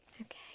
Okay